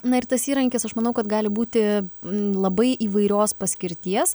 na ir tas įrankis aš manau kad gali būti labai įvairios paskirties